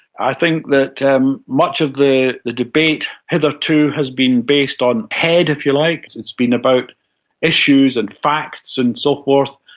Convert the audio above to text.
i think that um much of the the debate hitherto has been based on head, if you like, because it's been about issues and facts and so forth.